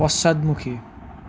পশ্চাদমুখী